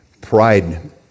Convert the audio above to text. Pride